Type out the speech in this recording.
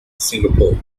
singapore